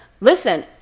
listen